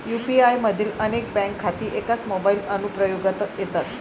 UPI मधील अनेक bank खाती एकाच मोबाइल अनुप्रयोगात येतात